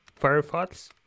Firefox